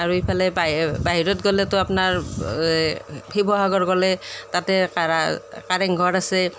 আৰু এইফালে বাহি বাহিৰত গ'লেতো আপোনাৰ শিৱসাগৰ গ'লে তাতে কাৰা কাৰেংঘৰ আছে